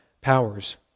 powers